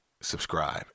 subscribe